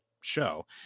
show